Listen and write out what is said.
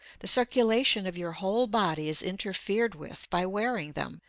the circulation of your whole body is interfered with by wearing them,